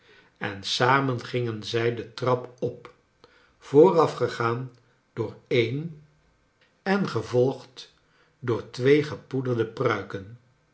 en samen gingen zij de trap op voorafgegaan door en en gevolgd charles dickens door twee gepoederde pruiken